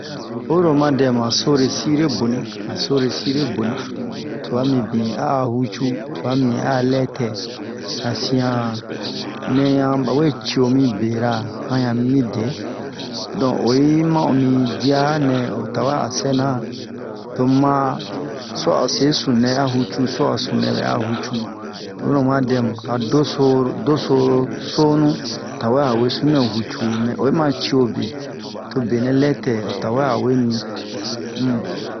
Oyi ro oma dɛmu han sore sire boni han sore sire boni twa mibin a'a hucu twa mibin a'a lɛtɛ han sian nɛ yan bawe cio mi bera han yan mimi de don oyi ma'omi dianɛ o dawe a sɛna to mu ma su'a o se sununɛ a hucu su'a sunu nɛ bɛ'a hucu oyi ro oma dɛmu han do soro do soro sonu tawe a we sunu nɛ hucu mɛ oyi ma cio be to benɛ lɛtɛ o tawe a we mi um